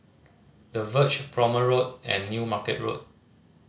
The Verge Prome Road and New Market Road